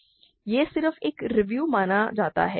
तो यह सिर्फ एक रिव्यु माना जाता है